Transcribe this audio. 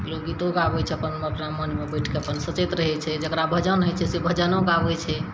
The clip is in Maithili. लोक गीतो गाबै छै अपन अपना मोनमे बैठिके अपन सोचैत रहै छै जकरा भजन होइ छै से भजनो गाबै छै